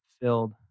filled